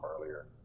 earlier